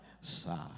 side